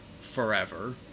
forever